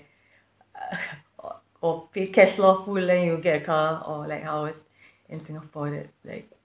uh or or pay cash loh who you'll get a car or like house in singapore that's like